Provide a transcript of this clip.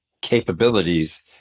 capabilities